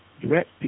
direct